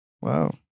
wow